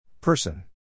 Person